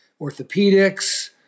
orthopedics